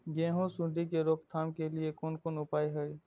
गेहूँ सुंडी के रोकथाम के लिये कोन कोन उपाय हय?